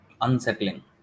unsettling